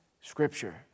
Scripture